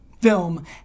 film